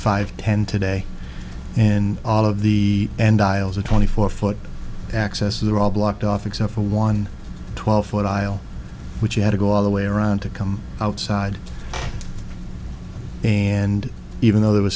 five ten today and all of the and isles a twenty four foot access they're all blocked off except for one twelve foot aisle which you had to go all the way around to come outside and even though there were